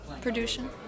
production